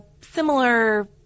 similar